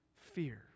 fear